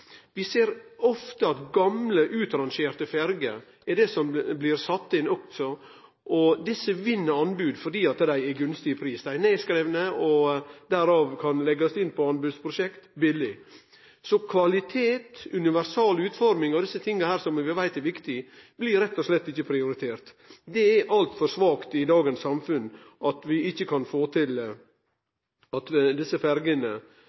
Vi ser ofte at gamle, utrangerte ferjer blir sette inn, og desse vinn anbod fordi dei er gunstige i pris. Dei er nedskrivne og dei kan leggjast inn i anbodsprosjekt billeg. Så kvalitet, universal utforming og desse tinga som vi veit er viktige, blir rett og slett ikkje prioriterte. Det er altfor svakt i dagens samfunn at vi ikkje kan få til